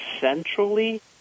centrally